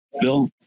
Bill